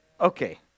Okay